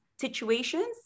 situations